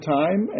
time